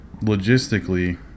logistically